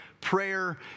Prayer